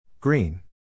Green